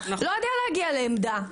לא יודע להגיע לעמדא.